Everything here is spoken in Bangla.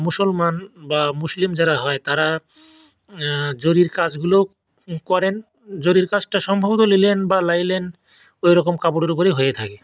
মুসলমান বা মুসলিম যারা হয় তারা জরির কাজগুলোও করেন জরির কাজটা সম্ভবত লিনেন বা লিনেন ওই রকম কাপড়ের উপরই হয়ে থাকে